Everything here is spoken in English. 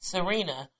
Serena